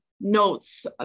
notes